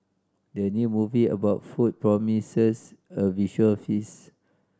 the new movie about food promises a visual feast